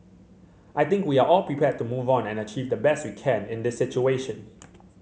I think we are all prepared to move on and achieve the best we can in this situation